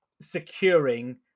securing